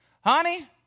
Honey